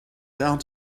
out